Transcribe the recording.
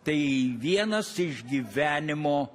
tai vienas iš gyvenimo